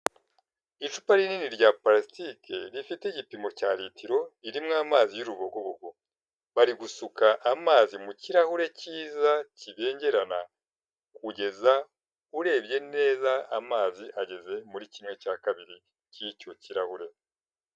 Icupa rinini rya palasitiki rifite igipimo cya litiro ririmo amazi y'urubogobogo, bari gusuka amazi mu kirahure cyiza kibengerana kugeza urebye neza amazi ageze muri kimwe cya kabiri cy'icyo kirahure.